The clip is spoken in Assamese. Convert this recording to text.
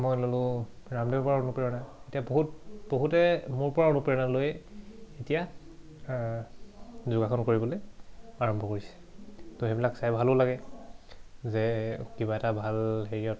মই ল'লোঁ ৰামদেৱৰ পৰা অনুপ্ৰেৰণা এতিয়া বহুত বহুতে মোৰ পৰা অনুপ্ৰেৰণা লৈ এতিয়া যোগাসন কৰিবলৈ আৰম্ভ কৰিছে ত' সেইবিলাক চাই ভালো লাগে যে কিবা এটা ভাল হেৰিয়ত